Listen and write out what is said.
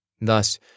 Thus